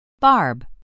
Barb